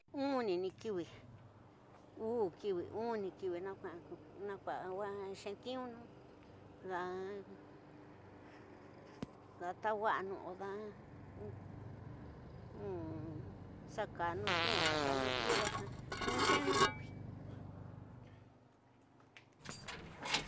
Unini kiwi, ux kiwi, uni kiwi, na kua waa xetiunu de tauwana o da xa kana tine. Xa kani idanxa nxu xenu tubi.